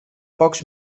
pocs